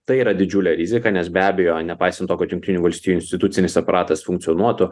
tai yra didžiulė rizika nes be abejo nepaisant to kad jungtinių valstijų institucinis aparatas funkcionuotų